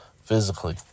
physically